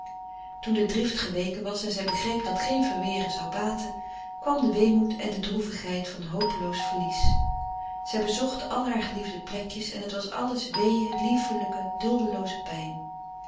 toen de drift geweken was en zij begreep dat geen verweren zou baten kwam de weemoed en de droevigheid van hopeloos verlies zij bezocht al haar geliefde plekjes en het was alles weeë liefelijke duldelooze pijn